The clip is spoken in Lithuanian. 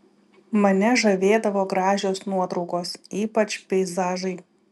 mane žavėdavo gražios nuotraukos ypač peizažai